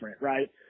right